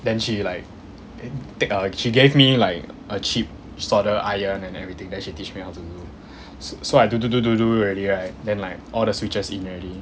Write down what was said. then she like take she gave me like a cheap solder iron and everything then she teach me how to do so I do do do do do already right then like all the switches in already